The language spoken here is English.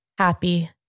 happy